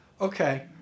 okay